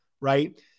Right